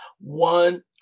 one